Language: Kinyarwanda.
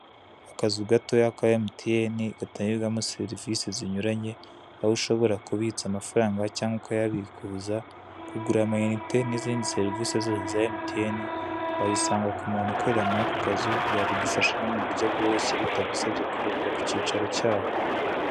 Akazu gatoya ka emutiyeni, gatangirwamo serivise zinyuranye: aho ushobora kubitsa amafaranga cyangwa ukayabikuza, kugura amayinite, n'izindi serivise zose za emutiyeni; wabisanga ku muntu ukorera muri ako kazu, yabigufashamo mu buryo bworoshye, bitagusabye kujya ku cyicaro cyabo.